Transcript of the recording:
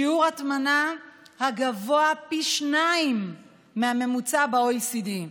שיעור הטמנה גבוה פי שניים מהממוצע ב-OECD.